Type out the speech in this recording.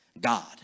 God